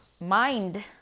mind